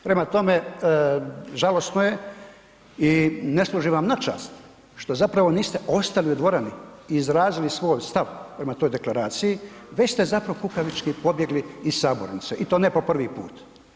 Prema tome, žalosno je i ne služi vam na čast što zapravo niste ostali u dvorani i izrazili svoj stav prema toj deklaraciji, već ste zapravo kukavički pobjegli iz sabornice i to ne po prvi put.